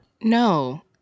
No